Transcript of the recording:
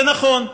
זה נכון,